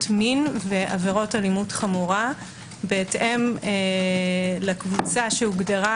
מין ועבירות אלימות חמורה בהתאם לקבוצה שהוגדרה